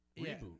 reboot